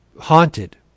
haunted